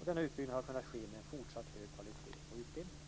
och denna utbyggnad har kunnat ske med en fortsatt hög kvalitet på utbildningen.